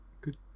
good